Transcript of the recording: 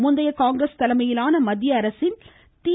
முந்தைய காங்கிரஸ் தலைமையிலான மத்திய அரசின் தி